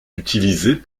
utilisés